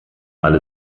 alle